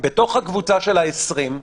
בתוך הקבוצה של ה-20,